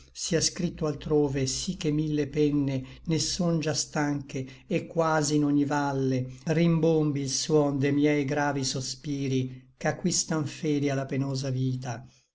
sia scripto altrove sí che mille penne ne son già stanche et quasi in ogni valle rimbombi il suon de miei gravi sospiri ch'aquistan fede a la penosa vita